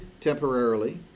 temporarily